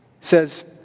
says